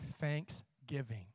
Thanksgiving